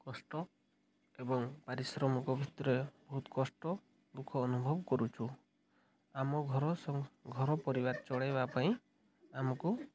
କଷ୍ଟ ଏବଂ ପାରିଶ୍ରମିକ ଭିତରେ ବହୁତ କଷ୍ଟ ଦୁଃଖ ଅନୁଭବ କରୁଛୁ ଆମ ଘର ଘର ପରିବାର ଚଳାଇବା ପାଇଁ ଆମକୁ